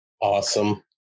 Awesome